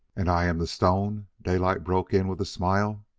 and i am the stone, daylight broke in with a smile.